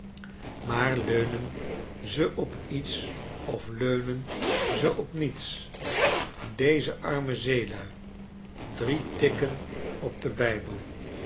maar leunen ze op iets of leunen ze op niets deze arme zeelui drie tikken op den bijbel